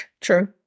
True